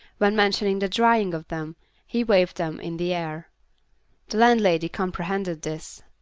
when mentioning the drying of them he waved them in the air the landlady comprehended this.